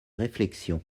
réflexions